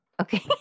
Okay